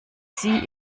sie